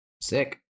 Sick